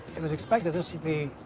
it was expected this would be